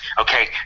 okay